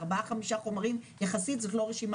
ארבע חמישה חומרים יחסית זו לא רשימה